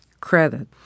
credit